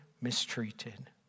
mistreated